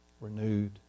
renewed